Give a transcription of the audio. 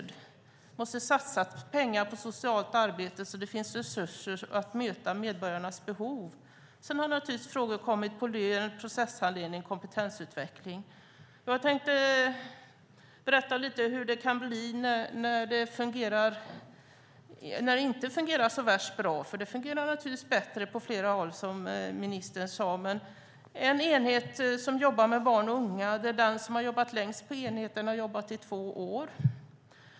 Det måste satsas pengar på socialt arbete så att det finns resurser att möta medborgarnas behov. Sedan har det naturligtvis kommit upp frågor om lön, processhandledning och kompetensutveckling. Jag ska berätta lite grann om hur det kan bli när det inte fungerar så värst bra. Det fungerar naturligtvis bättre på flera håll, som ministern sade. På en enhet som jobbar med barn och unga har den som har jobbat längst på enheten jobbat där i två år.